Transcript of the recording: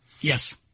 Yes